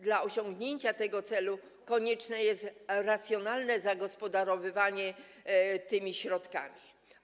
Dla osiągnięcia tego celu konieczne jest racjonalne gospodarowanie tymi środkami.